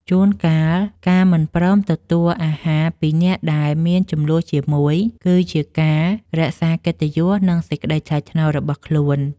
ជួនកាលការមិនព្រមទទួលអាហារពីអ្នកដែលមានជម្លោះជាមួយ គឺជាការរក្សាកិត្តិយសនិងសេចក្តីថ្លៃថ្នូររបស់ខ្លួន។